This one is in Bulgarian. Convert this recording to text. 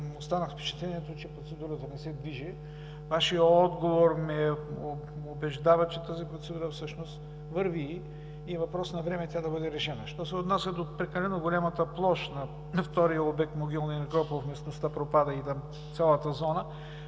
останах с впечатлението, че процедурата не се движи. Вашият отговор ме убеждава, че тази процедура всъщност върви и е въпрос на време тя да бъде решена. Що се отнася до прекалено голямата площ на втория обект „Могилен некропол“ в местността Пропада и цялата зона